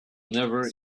never